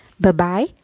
Bye-bye